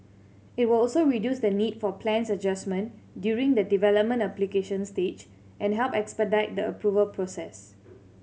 it will also reduce the need for plans adjustment during the development application stage and help expedite the approval process